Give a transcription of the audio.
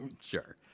sure